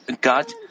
God